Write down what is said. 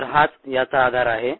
तर हाच याचा आधार आहे